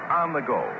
on-the-go